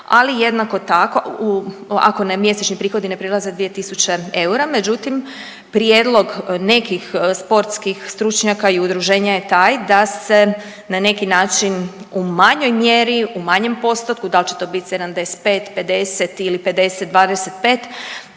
ali jednako tako ako mjesečni prihodi ne prelaze 2000 eura, međutim prijedlog nekih sportskih stručnjaka i udruženja je taj da se na neki način u manjoj mjeri, u manjem postotku, dal će to bit 75-50 ili 50-25